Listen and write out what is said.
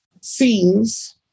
scenes